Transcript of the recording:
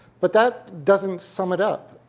but that doesn't sum it up.